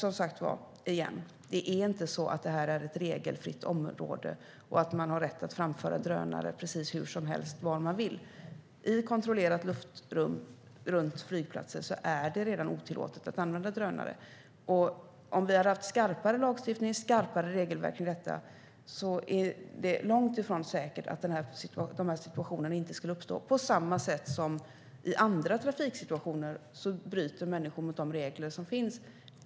Som sagt är det inte så att det här är ett regelfritt område och att man har rätt att framföra drönare precis hur som helst var man vill. I kontrollerat luftrum runt flygplatser är det redan otillåtet att använda drönare. Om vi hade haft skarpare lagstiftning och skarpare regelverk kring detta är det ändå långt ifrån säkert att de här situationerna inte skulle uppstå. På samma sätt som i andra trafiksituationer bryter människor mot de regler som finns.